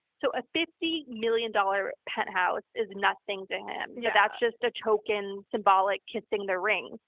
so, a fifty million dollar penthouse is nothing to him. yeah. that's just a token symbolic kissing the ring,